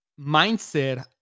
mindset